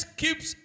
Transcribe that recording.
keeps